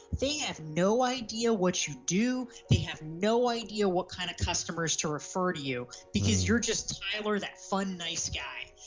they have no idea what you do. they have no idea what kind of customers to refer to you because you're this tyler that fun nice guy.